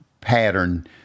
pattern